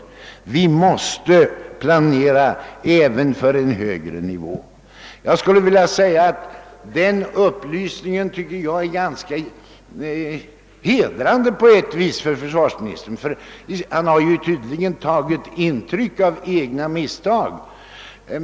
Vi måste planera även för en högre nivå. Denna upplysning är på ett sätt ganska hedrande för försvarsministern, eftersom han tydligen tagit intryck av egna misstag.